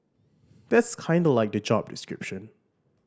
that's kinda like the job description